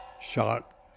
shot